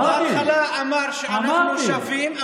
הוא בהתחלה אמר שאנחנו שווים,